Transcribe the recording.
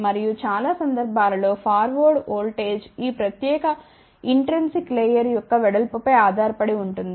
మరియు చాలా సందర్భాలలో ఫార్వర్డ్ ఓల్టేజ్ ఈ ప్రత్యేకమైన ఇంట్రిన్సిక్ లేయర్ యొక్క వెడల్పు పై ఆధారపడి ఉంటుంది